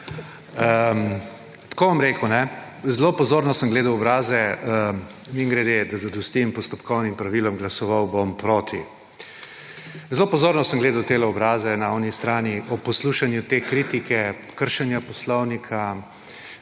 Tako bom rekel. Zelo pozorno sem gledal obraze. Mimogrede, da zadostim postopkovnim pravilom, glasoval bom proti. Zelo pozorno sem gledal tele obraze na oni strani ob poslušanju te kritike kršenja poslovnika,